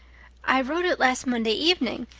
i wrote it last monday evening.